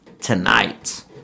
tonight